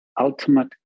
ultimate